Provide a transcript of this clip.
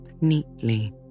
neatly